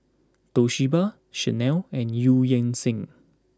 Toshiba Chanel and Eu Yan Sang